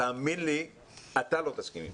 תאמין לי אתה לא תסכים לזה.